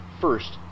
first